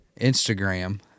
Instagram